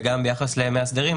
וכן ביחס למאסדרים,